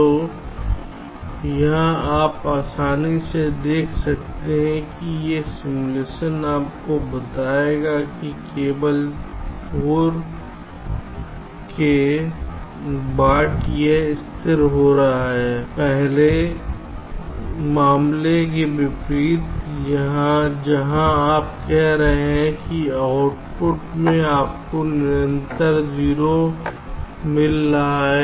तो यहां आप आसानी से देख सकते हैं कि यह सिमुलेशन आपको बताएगा कि केवल 4 के बाद यह स्थिर हो रहा है पहले के मामले के विपरीत जहां आप कह रहे हैं कि आउटपुट में आपको निरंतर 0 मिल रहा है